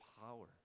power